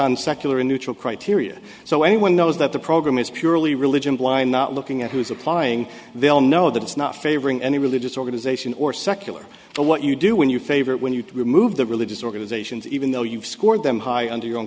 on secular neutral criteria so anyone knows that the program is purely religion blind not looking at who is applying they'll know that it's not favoring any religious organization or secular but what you do when you favor when you remove the religious organizations even though you've scored them high under your own